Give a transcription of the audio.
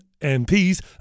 MPs